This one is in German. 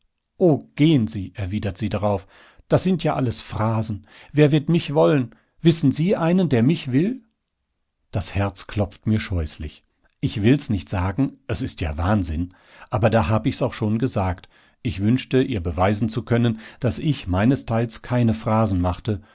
gehen sie erwidert sie drauf das sind ja alles phrasen wer wird mich wollen wissen sie einen der mich will das herz klopft mir scheußlich ich will's nicht sagen es ist ja wahnsinn aber da hab ich's auch schon gesagt ich wünschte ihr beweisen zu können daß ich meinesteils keine phrasen machte